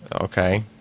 Okay